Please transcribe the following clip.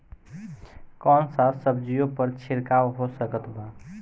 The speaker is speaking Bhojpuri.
कौन सा सब्जियों पर छिड़काव हो सकत बा?